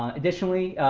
um additionally,